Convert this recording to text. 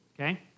okay